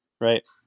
right